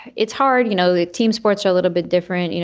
it's hard. you know, the team sports are a little bit different. you